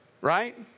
Right